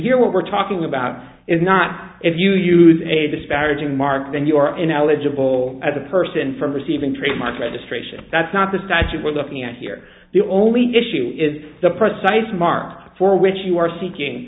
here what we're talking about is not if you use a disparaging mark then you are ineligible as a person from receiving trademark registration that's not the statute we're looking at here the only issue is the precise markers for which you are seeking